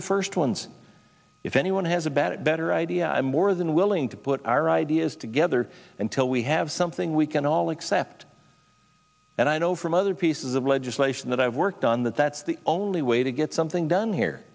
the first ones if anyone has about a better idea i'm more than willing to put our ideas together until we have something we can all accept and i know from other pieces of legislation that i've worked on that that's the only way to get something done here